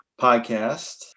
podcast